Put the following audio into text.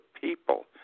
people